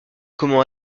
comment